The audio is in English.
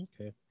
Okay